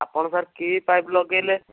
ଆପଣ ସାର୍ କି ପାଇପ୍ ଲଗାଇଲେ